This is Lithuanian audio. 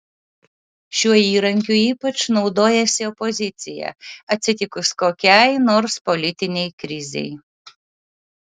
šiuo įrankiu ypač naudojasi opozicija atsitikus kokiai nors politinei krizei